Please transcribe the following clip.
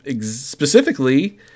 specifically